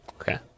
Okay